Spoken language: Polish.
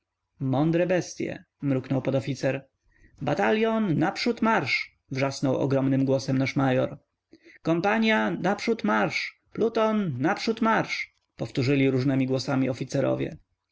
mądre bestye mruknął podoficer batalion naprzód marsz wrzasnął ogromnym głosem nasz major kompania naprzód marsz pluton naprzód marsz powtórzyli różnemi głosami oficerowie